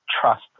trust